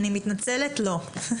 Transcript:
אני מתנצלת, לא.